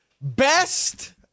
best